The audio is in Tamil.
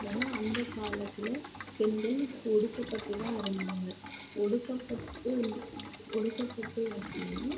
ஏன்னால் அந்தக் காலத்தில் பெண்கள் ஒடுக்கப்பட்டு தான் இருந்தாங்க ஒடுக்கப்பட்டு ஒடுக்கப்பட்டு அப்படின்னா